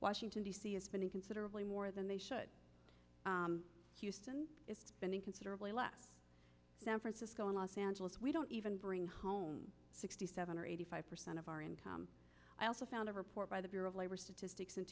washington d c is spending considerably more than they should houston is spending considerably less san francisco and los angeles we don't even bring home sixty seven or eighty five percent of our income i also found a report by the bureau of labor statistics